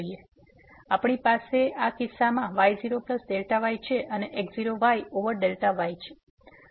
તેથી આપણી પાસે આ કિસ્સામાં y0Δy છે અને x0y ઓવર y